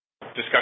discussion